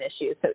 issues